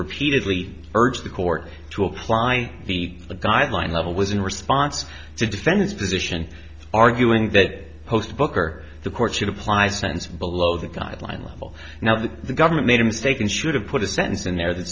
repeatedly urged the court to apply the guideline level was in response to defend its position arguing that host book or the court should apply cents below the guideline level now that the government made a mistake and should have put a sentence in there th